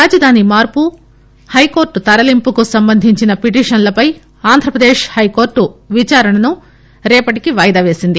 రాజధాని మార్పు హైకోర్టు తరలింపుకు సంబంధించిన పిటీషన్లపై ఆంధ్రప్రదేశ్ హైకోర్టు విదారణను రేపటికి వాయిదా పేసింది